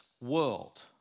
world